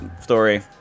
story